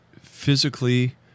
physically